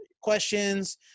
questions